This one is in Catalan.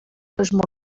les